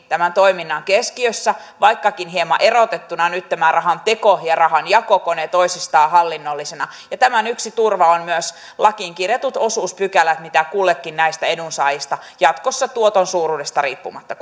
tämän toiminnan keskiössä vaikkakin hieman erotettuna nyt tämä rahanteko ja rahanjakokone toisistaan hallinnollisina ja tämän yksi turva ovat myös lakiin kirjatut osuuspykälät mitä kullekin näistä edunsaajista jatkossa tuoton suuruudesta riippumatta